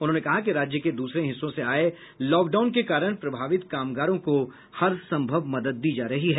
उन्होंने कहा कि राज्य के दूसरे हिस्सों से आये लॉकडाउन के कारण प्रभावित कामगारों को हरसंभव मदद दी जा रही है